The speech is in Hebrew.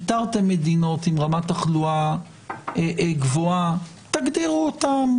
איתרתם מדינות עם רמת תחלואה גבוהה תגדירו אותן.